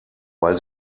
weil